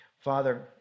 Father